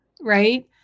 right